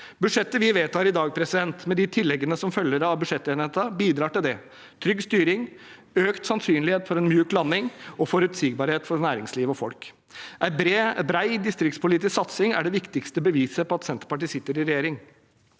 Budsjettet vi vedtar i dag, med de tilleggene som følger av budsjettenigheten, bidrar til dette – trygg styring, økt sannsynlighet for en myk landing og forutsigbarhet for næringsliv og folk. En bred distriktspolitisk satsing er det viktigste beviset på at Senterpartiet sitter i regjering.